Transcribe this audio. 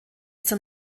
zum